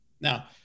Now